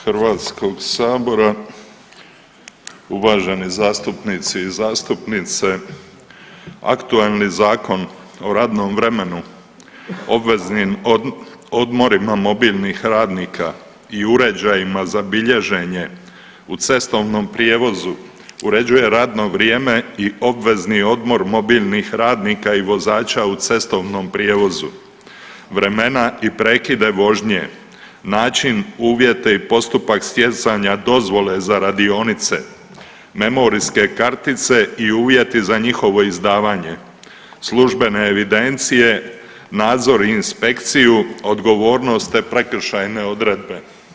Hrvatskog sabora, uvaženi zastupnici i zastupnice, aktualni Zakon o radnom vremenu, obveznim odmorima mobilnih radnika i uređajima za bilježenje u cestovnom prijevozu uređuje radno vrijeme i obvezni odmor mobilnih radnika i vozača u cestovnom prijevozu, vremena i prekide vožnje, način, uvjete i postupak stjecanja dozvole za radionice, memorijske kartice i uvjeti za njihovo izdavanje, službene evidencije, nadzor i inspekciju, odgovornost te prekršajne odredbe.